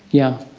yeah.